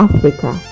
Africa